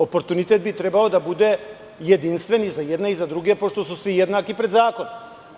Oportunitet bi trebao da bude jedinstven i za jedne i za druge, pošto su svi jednaki pred zakonom.